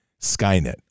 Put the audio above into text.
Skynet